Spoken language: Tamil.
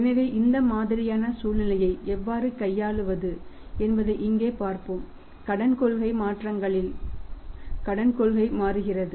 எனவே இந்த மாதிரியான சூழ்நிலையை எவ்வாறு கையாள்வது என்பதை இங்கே பார்ப்போம் கடன் கொள்கை மாற்றங்களினால் கடன் கொள்கை மாறுகிறது